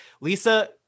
Lisa